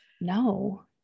no